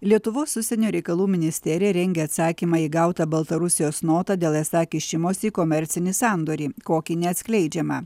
lietuvos užsienio reikalų ministerija rengia atsakymą į gautą baltarusijos notą dėl esą kišimosi į komercinį sandorį kokį neatskleidžiama